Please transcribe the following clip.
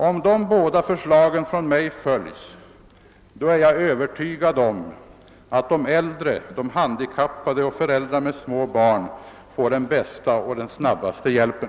Om de båda förslagen följs är jag övertygad om att de äldre, de handikappade och föräldrarna med småbarn får den bästa och den snabbaste hjälpen.